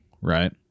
Right